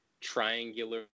triangular